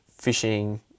fishing